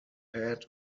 head